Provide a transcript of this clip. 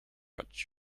but